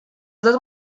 dos